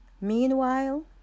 meanwhile